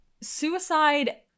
suicide